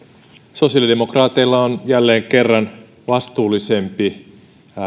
sosiaalidemokraateilla on jälleen kerran vastuullisempi